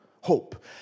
hope